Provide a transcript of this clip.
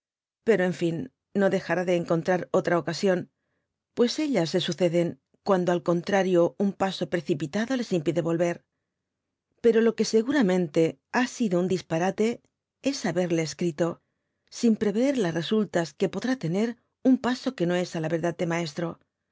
pero en fin no dejará de encontrar otra ocasión pues euas se suceden cuando al contrario un paso precipitado les impide volver pero lo que seguramente ha sido un disparate es haberle escrito sin prevecr las resultas que podrá tener un paso que no es á la verdad de maestro